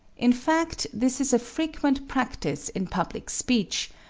in fact, this is a frequent practise in public speech,